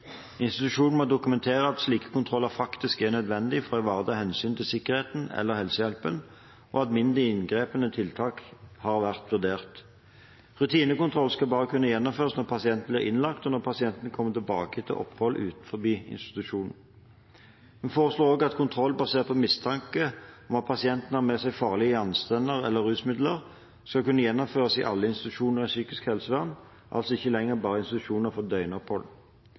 faktisk er nødvendige for å ivareta hensynet til sikkerheten eller helsehjelpen, og at mindre inngripende tiltak har vært vurdert. Rutinekontroller skal bare kunne gjennomføres når pasienten blir innlagt, og når pasienten kommer tilbake etter opphold utenfor institusjonen. Vi foreslår også at kontroll basert på mistanke om at pasienten har med seg farlige gjenstander eller rusmidler, skal kunne gjennomføres i alle institusjoner i psykisk helsevern, altså ikke lenger bare i institusjoner for